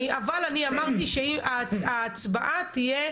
אבל אני אמרתי שההצבעה תהיה